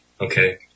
Okay